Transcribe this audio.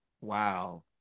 Wow